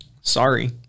sorry